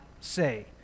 say